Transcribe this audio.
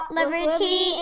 liberty